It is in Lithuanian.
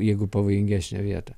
jeigu pavojingesnę vietą